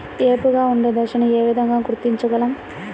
ఏపుగా ఉండే దశను ఏ విధంగా గుర్తించగలం?